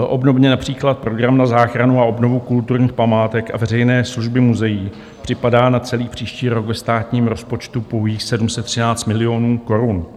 Obdobně například na program na záchranu a obnovu kulturních památek a veřejné služby muzeí připadá na celý příští rok ve státním rozpočtu pouhých 713 milionů korun.